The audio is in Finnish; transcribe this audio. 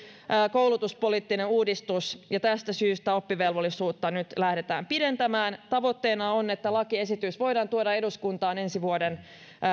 koulutuspoliittinen uudistus ja tästä syystä oppivelvollisuutta nyt lähdetään pidentämään tavoitteena on että lakiesitys voidaan tuoda eduskuntaan ensi vuoden